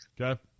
Okay